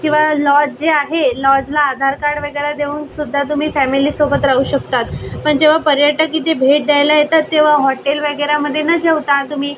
किंवा लॉज जे आहे लॉजला आधार कार्ड वगैरे देऊनसुद्धा तुम्ही फॅमिलीसोबत राहू शकतात पण जेव्हा पर्यटक इथे भेट द्यायला येतात तेव्हा हॉटेल वगैरेमध्ये न जेवता तुम्ही